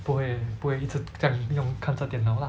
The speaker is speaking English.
不会不会一直这样用看着电脑 lah